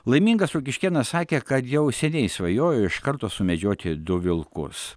laimingas rokiškėnas sakė kad jau seniai svajojo iš karto sumedžioti du vilkus